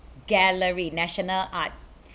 gallery national art